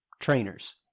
trainers